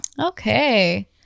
Okay